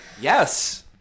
Yes